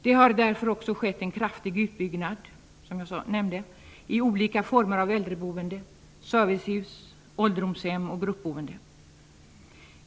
Det har, som jag nämnde, också skett en kraftig utbyggnad av olika former av äldreboende, såsom servicehus, ålderdomshem och gruppboende.